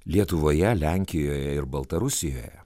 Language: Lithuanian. lietuvoje lenkijoje ir baltarusijoje